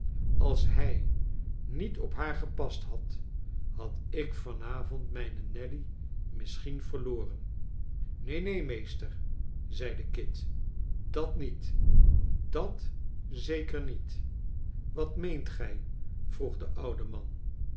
als hij niet op haar gepast had had ik van avond mijne nelly misschien verloren neen neen meester zeide kit dat niet dat zeker niet wat meent gij vroeg de oude man